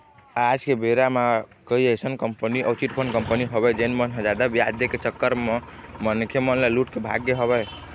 आज के बेरा म कई अइसन कंपनी अउ चिटफंड कंपनी हवय जेन मन ह जादा बियाज दे के चक्कर म मनखे मन ल लूट के भाग गे हवय